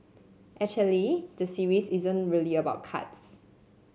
actually the series isn't really about cards